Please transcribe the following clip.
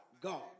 God